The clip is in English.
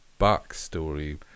backstory